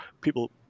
people